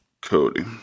Cody